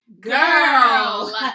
girl